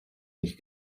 nicht